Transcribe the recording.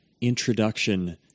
introduction